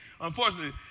unfortunately